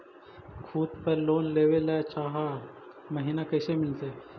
खूत पर लोन लेबे ल चाह महिना कैसे मिलतै?